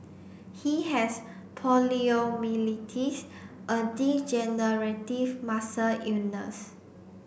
he has poliomyelitis a degenerative muscle illness